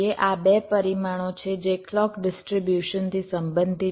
આ બે પરિમાણો છે જે ક્લૉક ડિસ્ટ્રીબ્યુશન થી સંબંધિત છે